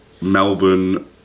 Melbourne